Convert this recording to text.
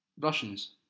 Russians